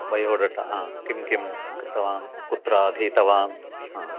biodata किं किं कृतवान् कुत्र अधीतवान्